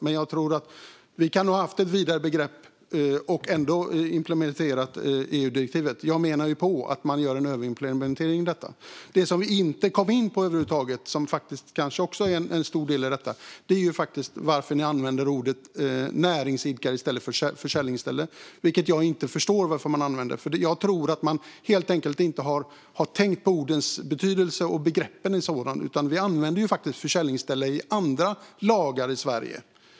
Men jag tror att vi kunde ha haft ett vidare begrepp och ändå implementerat EU-direktivet. Jag menar ju att detta innebär en överimplementering. Det vi inte över huvud taget kom in på, och som kanske också är en stor del i detta, är varför ni använder ordet "näringsidkare" i stället för "försäljningsställe", vilket jag inte förstår. Jag tror att man helt enkelt inte har tänkt på ordens och begreppens betydelse. Vi använder faktiskt "försäljningsställe" i andra lagar i Sverige.